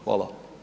Hvala.